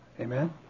Amen